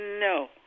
No